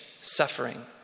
suffering